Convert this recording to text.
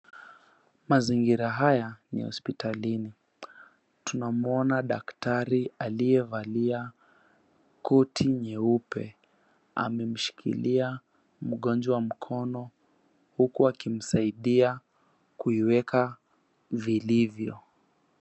Mazingira haya ni ya hospitalini. Tunamwona daktari aliyevalia koti nyeupe. Amemshikilia mgonjwa mkono huku akimsaidia kuiweka vilivyo.